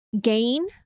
gain